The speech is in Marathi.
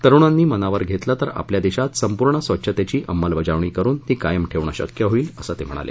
तरुणांनी मनावर घेतलं तर आपल्या देशात संपूर्ण स्वच्छतेची अंमलबजावणी करुन ती कायम ठेवणं शक्य होईल असं ते म्हणाले